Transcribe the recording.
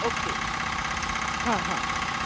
okay हां हां